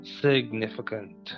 significant